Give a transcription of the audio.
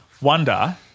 wonder